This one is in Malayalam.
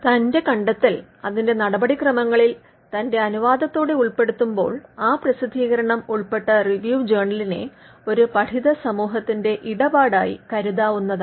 തന്റെ കണ്ടത്തെൽ അതിന്റെ നടപടിക്രമങ്ങളിൽ തന്റെ അനുവാദത്തോടെ ഉൾപ്പെടുത്തുമ്പോൾ ആ പ്രസിദ്ധികരണം ഉൾപ്പെട്ട റിവ്യു ജേണലിനെ ഒരു പഠിത സമൂഹത്തിന്റെ ഇടപാടായി കരുതാവുന്നതാണ്